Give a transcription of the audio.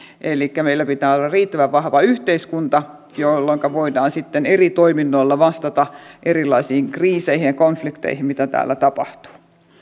elikkä meillä pitää olla riittävän vahva yhteiskunta jolloinka voidaan eri toiminnoilla vastata erilaisiin kriiseihin ja konflikteihin mitä täällä tapahtuu